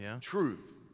Truth